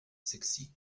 sexies